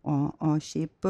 o o šiaip